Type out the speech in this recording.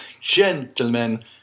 Gentlemen